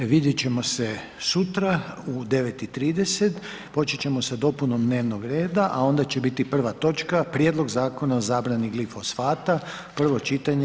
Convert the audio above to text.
Vidjet ćemo se sutra u 9 i 30, počet ćemo sa dopunom dnevnog reda, a onda će biti prva točka Prijedlog Zakona o zabrani glifosata, prvo čitanje.